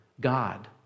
God